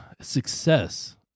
success